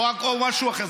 או משהו אחר,